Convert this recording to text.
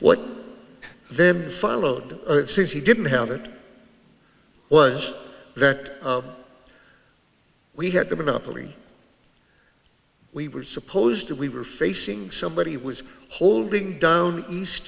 what then followed since he didn't have it was that we had the monopoly we were supposed to we were facing somebody was holding down east